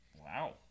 Wow